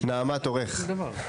תורך.